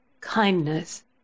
kindness